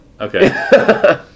okay